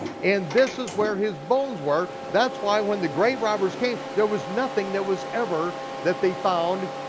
and this is where his bones were, that's why when the great robbers came there was nothing that was ever that they found,